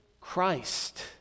Christ